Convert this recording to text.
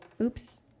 Oops